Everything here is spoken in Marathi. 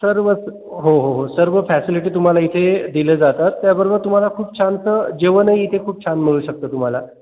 सर्वच हो हो हो सर्व फॅसिलीटी तुम्हाला इथे दिल्या जातात त्याबरोबर तुम्हाला खूप छानसं जेवणही खूप छान मिळू शकतं तुम्हाला